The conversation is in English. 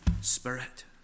spirit